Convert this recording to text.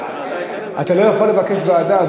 אתה לא יכול לבקש ועדה,